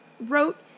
wrote